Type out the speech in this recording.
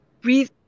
breathe